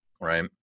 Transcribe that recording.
right